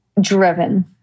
Driven